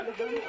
בסדר גמור.